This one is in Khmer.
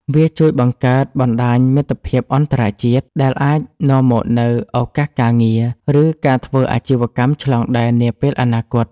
វាជួយបង្កើតបណ្ដាញមិត្តភាពអន្តរជាតិ ដែលអាចនាំមកនូវឱកាសការងារ ឬការធ្វើអាជីវកម្មឆ្លងដែននាពេលអនាគត។